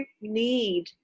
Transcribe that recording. need